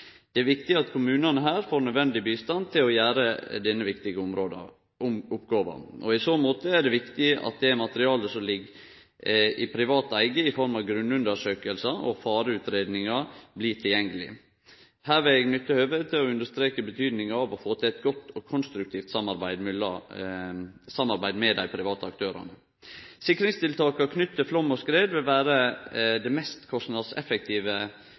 Det er viktig at kommunane her får nødvendig bistand til å gjere denne viktige oppgåva. I så måte er det viktig at det materialet som ligg i privat eige i form av grunnundersøkingar og fareutgreiingar, blir tilgjengeleg. Her vil eg nytte høvet til å understreke betydninga av å få til eit godt og konstruktivt samarbeid med dei private aktørane. Sikringstiltaka knytte til flaum og skred vil vere dei mest kostnadskrevjande tiltaka for den enkelte eller for kommunen. I så måte er det